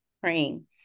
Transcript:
praying